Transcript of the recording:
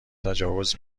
تجاوز